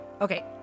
Okay